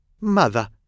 Mother